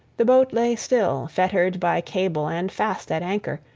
the boat lay still, fettered by cable and fast at anchor,